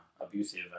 abusive